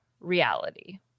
reality